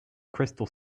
crystal